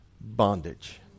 bondage